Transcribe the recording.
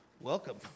welcome